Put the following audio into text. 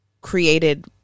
created